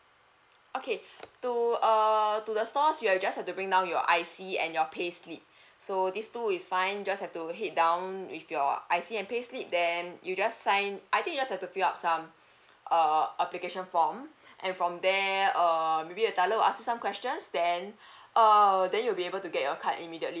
okay to err to the stores you will just have to bring down your I_C and your payslip so these two is fine just have to head down with your I_C and payslip then you just sign I think you just have to fill up some uh application form and from there err maybe the teller will ask you some questions then err then you'll be able to get your card immediately